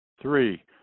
Three